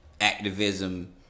activism